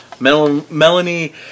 Melanie